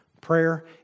Prayer